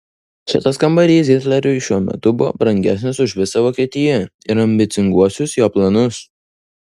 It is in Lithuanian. šitas kambarys hitleriui šiuo metu buvo brangesnis už visą vokietiją ir ambicinguosius jo planus